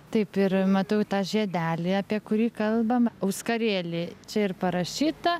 taip ir matau tą žiedelį apie kurį kalbam auskarėlį čia ir parašyta